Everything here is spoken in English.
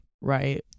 right